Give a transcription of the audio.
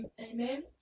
Amen